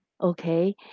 Okay